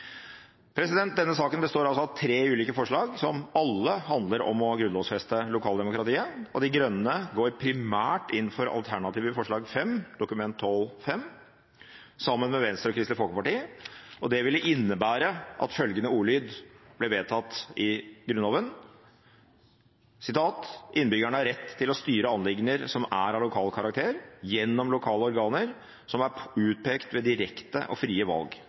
Denne saken består av tre ulike grunnlovsforslag, som alle handler om å grunnlovfeste lokaldemokratiet. De Grønne går primært inn for forslag nr. 5, Dokument 12:5 for 2011–2012, sammen med Venstre og Kristelig Folkeparti. Det ville innebære at følgende ordlyd ble vedtatt inntatt i Grunnloven: «Innbyggerne har rett til å styre anliggender som er av lokal karakter, gjennom lokale organer som er utpekt ved direkte og frie valg.